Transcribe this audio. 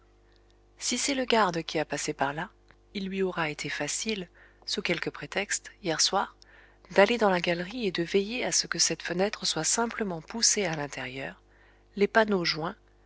si c'est le garde qui a passé par là il lui aura été facile sous quelque prétexte hier soir d'aller dans la galerie et de veiller à ce que cette fenêtre soit simplement poussée à l'intérieur les panneaux joints